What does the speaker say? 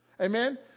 amen